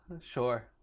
Sure